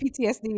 PTSD